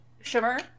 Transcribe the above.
Shimmer